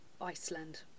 Iceland